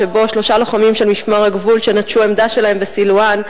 שבו שלושה לוחמים של משמר הגבול נטשו עמדה שלהם בסילואן,